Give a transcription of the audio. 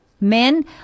Men